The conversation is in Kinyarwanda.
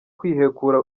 kwihekura